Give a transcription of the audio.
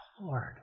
Lord